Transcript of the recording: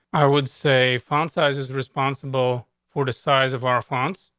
i would say found size is responsible for the size of our funds.